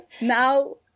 now